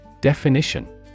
Definition